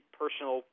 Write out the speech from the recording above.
personal